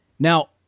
Now